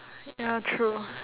ya true